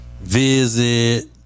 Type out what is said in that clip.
visit